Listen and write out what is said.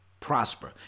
prosper